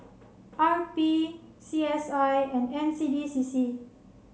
R P C S I and N C D C C